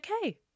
okay